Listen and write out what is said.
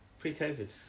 Pre-Covid